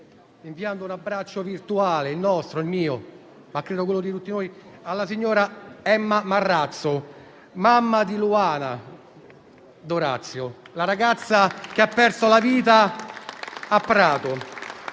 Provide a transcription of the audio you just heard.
inviando un abbraccio virtuale, il mio, il nostro come Gruppo della Lega, ma credo quello di tutti noi, alla signora Emma Marrazzo, mamma di Luana D'Orazio, la ragazza che ha perso la vita a Prato.